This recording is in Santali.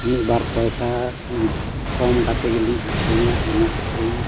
ᱢᱤᱫ ᱵᱟᱨ ᱯᱚᱭᱥᱟ ᱠᱚᱢ ᱠᱟᱛᱮᱫ ᱜᱮᱞᱤᱧ ᱟᱹᱠᱷᱨᱤᱧᱟ ᱚᱱᱟ ᱟᱹᱠᱷᱨᱤᱧ